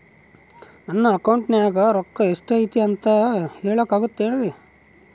ನನ್ನ ಅಕೌಂಟಿನ್ಯಾಗ ರೊಕ್ಕ ಎಷ್ಟು ಐತಿ ಅಂತ ಹೇಳಕ ಆಗುತ್ತೆನ್ರಿ?